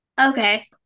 Okay